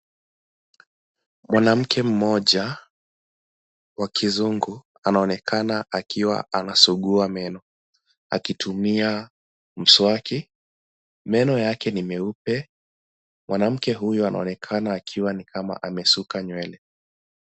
Mwanamke mmoja, wa kizungu anaonekana akiwa anasugua meno, akitumia mswaki. Meno yake ni meupe. Mwanamke huyo anaoneka akiwa nikama amesuka nywele.